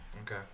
okay